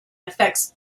affects